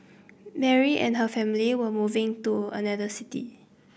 Mary and her family were moving to another city